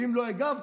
אז אם לא הגבת,